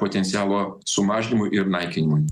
potencialo sumažinimui ir naikinimui